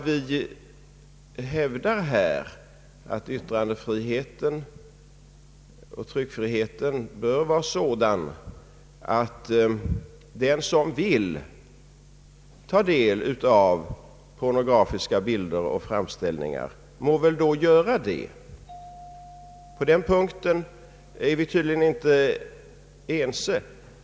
Vi hävdar ju att yttrandefriheten liksom tryckfriheten bör vara sådan att den som vill ta del av pornografiska bilder och framställningar må göra det. På den punkten är vi tydligen inte ense.